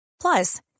Plus